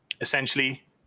Essentially